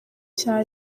cya